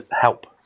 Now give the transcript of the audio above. help